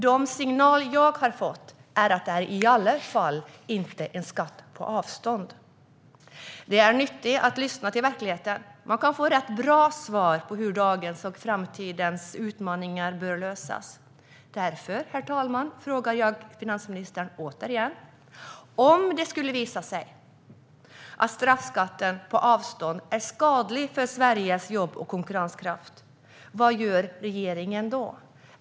De signaler jag har fått är att det i alla fall inte är en skatt på avstånd. Det är nyttigt att lyssna till verkligheten. Man kan få rätt bra svar på hur dagens och framtidens utmaningar bör lösas. Därför, herr talman, frågar jag finansministern igen: Om det skulle visa sig att straffskatten på avstånd är skadlig för Sveriges jobb och konkurrenskraft, vad gör regeringen då?